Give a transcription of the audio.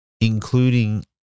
including